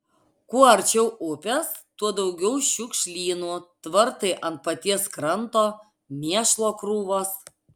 kuo arčiau upės tuo daugiau šiukšlynų tvartai ant paties kranto mėšlo krūvos